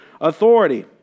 authority